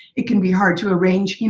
it can be hard to arrange.